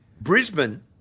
Brisbane